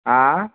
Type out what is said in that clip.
हाह